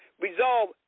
resolve